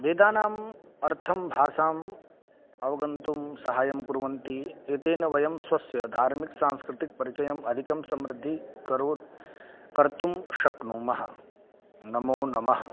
वेदानाम् अर्थं भाषाम् अवगन्तुं सहायं कुर्वन्ति एतेन वयं स्वेषां धार्मिकसांस्कृतिकपरिचयम् अधिकं समृद्धिः करोति कर्तुं शक्नुमः नमो नमः